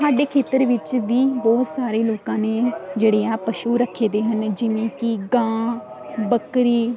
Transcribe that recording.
ਸਾਡੇ ਖੇਤਰ ਵਿੱਚ ਵੀ ਬਹੁਤ ਸਾਰੇ ਲੋਕਾਂ ਨੇ ਜਿਹੜੇ ਆ ਪਸ਼ੂ ਰੱਖੇਦੇ ਹਨ ਜਿਵੇਂ ਕਿ ਗਾਂ ਬੱਕਰੀ